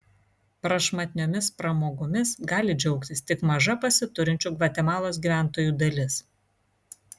prašmatniomis pramogomis gali džiaugtis tik maža pasiturinčių gvatemalos gyventojų dalis